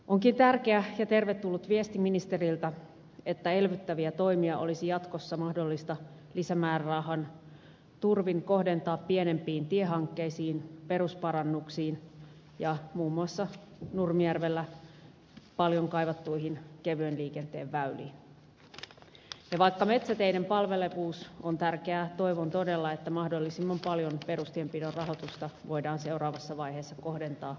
onkin tärkeä ja tervetullut viesti ministeriltä että elvyttäviä toimia olisi jatkossa mahdollista lisämäärärahan turvin kohdentaa pienempiin tiehankkeisiin perusparannuksiin ja muun muassa nurmijärvellä paljon kaivattuihin kevyen liikenteen väyliin ja vaikka metsäteiden palvelevuus on tärkeää toivon todella että mahdollisimman paljon perustienpidon rahoitusta voidaan seuraavassa vaiheessa kohdentaa kasvualueiden tukemiseen